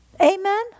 Amen